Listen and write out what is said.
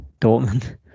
Dortmund